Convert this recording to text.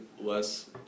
less